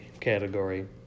category